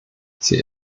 sie